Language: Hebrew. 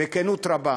בכנות רבה: